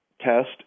test